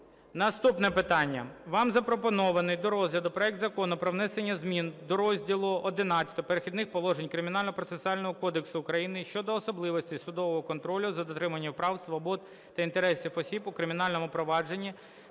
Наступне питання. Вам запропонований до розгляду проект Закону про внесення зміни до розділу XI "Перехідні положення" Кримінального процесуального кодексу України щодо особливостей судового контролю за дотриманням прав, свобод та інтересів осіб у кримінальному провадженні